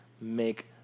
make